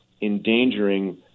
endangering